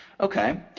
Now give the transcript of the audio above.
Okay